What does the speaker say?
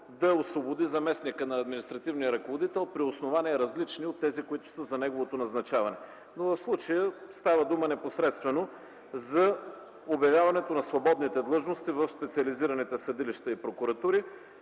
да освободи заместника на административния ръководител при основания, различни от тези, които са за неговото назначаване. Но в случая става дума непосредствено за обявяването на свободните длъжности в специализираните съдилища и прокуратури,